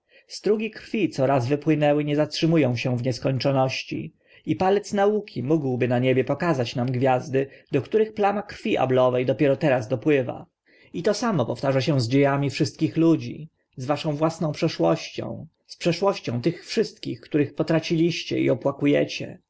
strugi krwi co raz wypłynęły nie zatrzymu ą się w nieskończoności i palec nauki mógłby na niebie pokazać nam gwiazdy do których plama krwi ablowe dopiero teraz dopływa i to samo powtarza się z dzie ami wszystkich ludzi z waszą własną przeszłością z przeszłością tych wszystkich których potraciliście i opłaku